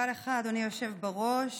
אדוני היושב-ראש.